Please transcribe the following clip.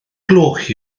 gloch